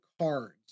cards